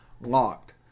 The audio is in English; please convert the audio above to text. LOCKED